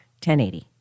1080